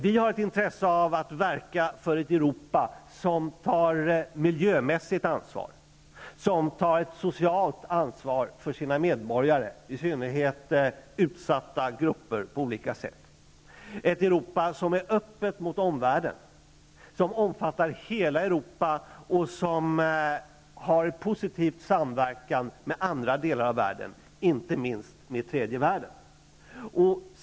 Vi har ett intresse av att verka för ett Europa, som tar miljömässigt ansvar och ett socialt ansvar för sina medborgare, i synnerhet för grupper som är utsatta på olika sätt, ett Europa som är öppet mot omvärlden och som har en positiv samverkan med andra delar av världen, inte minst med tredje världen.